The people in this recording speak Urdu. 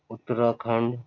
اُتراکھنڈ